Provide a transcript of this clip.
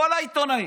כל העיתונאים.